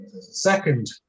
second